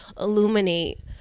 illuminate